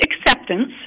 acceptance